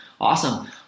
awesome